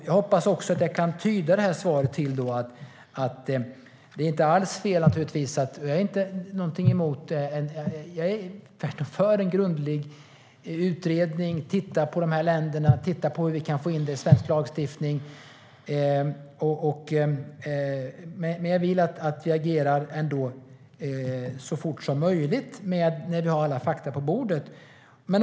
Jag är för en grundlig utredning där vi tittar på dessa länder och hur vi kan få in det i svensk lagstiftning. Jag vill dock att vi agerar så fort som möjligt när vi har alla fakta på bordet.